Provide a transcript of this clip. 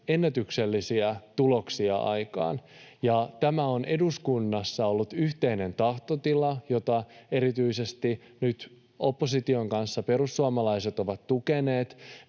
ennätyksellisiä tuloksia aikaan. Ja tämä on eduskunnassa ollut yhteinen tahtotila, jota nykyisen opposition kanssa erityisesti perussuomalaiset ovat tukeneet